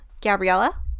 Gabriella